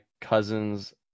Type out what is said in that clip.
cousins